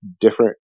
different